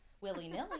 willy-nilly